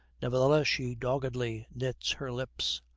nevertheless she doggedly knits her lips.